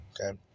okay